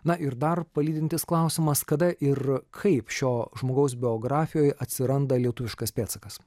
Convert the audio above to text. na ir dar palydintis klausimas kada ir kaip šio žmogaus biografijoj atsiranda lietuviškas pėdsakas